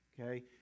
Okay